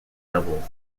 doubles